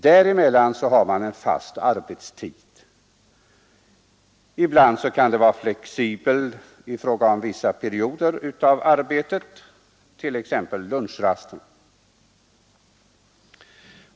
Däremellan har man en fast arbetstid. Ibland har man också en flexibel period för lunchrast.